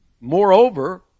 Moreover